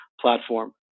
platform